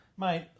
Mate